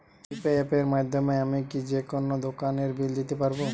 UPI অ্যাপের মাধ্যমে আমি কি যেকোনো দোকানের বিল দিতে পারবো?